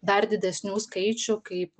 dar didesnių skaičių kaip